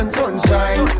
sunshine